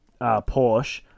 Porsche